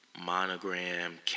monogram